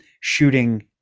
shooting